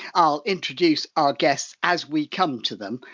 i'll introduce our guests, as we come to them,